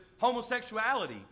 homosexuality